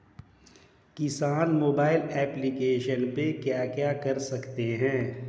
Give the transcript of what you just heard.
किसान mobile application पे क्या क्या कर सकते हैं?